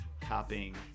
copying